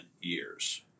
years